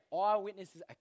eyewitnesses